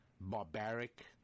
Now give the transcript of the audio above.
barbaric